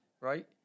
right